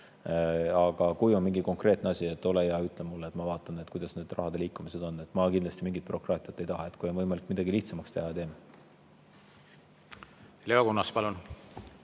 Aga kui on mingi konkreetne asi, ole hea, ütle mulle, ma vaatan, kuidas see rahade liikumine on. Ma kindlasti mingit bürokraatiat ei taha. Kui on võimalik midagi lihtsamaks teha, siis teeme. Leo Kunnas, palun!